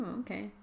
okay